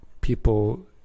people